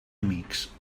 amics